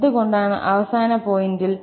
എന്തുകൊണ്ടാണ് അവസാന പോയിന്റിൽ